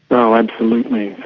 oh, absolutely.